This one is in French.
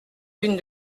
lune